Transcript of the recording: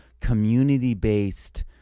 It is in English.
community-based